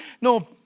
No